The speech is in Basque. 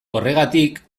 horregatik